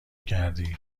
کردی